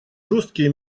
жесткие